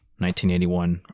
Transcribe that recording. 1981